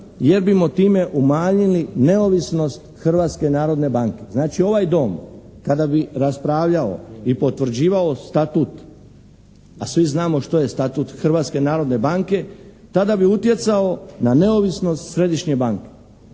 jer bismo time umanjili neovisnost Hrvatske narodne banke. Znači ovaj Dom kada bi raspravljao i potvrđivao statut, a svi znamo što je statut Hrvatske narodne banke tada bi utjecao na neovisnost Središnje banke.